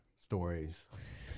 stories